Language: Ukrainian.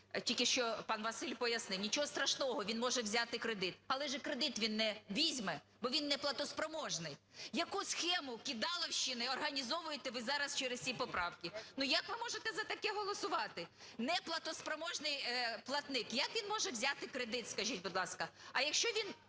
Тільки що пан Василь пояснив. Нічого страшного, він може взяти кредит. Але ж і кредит він не візьме, бо він неплатоспроможний. Яку схему кидаловщини організовуєте ви зараз через ці поправки? Ну, як ви можете за таке голосувати. Неплатоспроможний платник, як він може взяти кредит, скажіть, будь ласка?